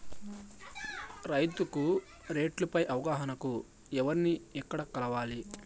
రైతుకు రేట్లు పై అవగాహనకు ఎవర్ని ఎక్కడ కలవాలి?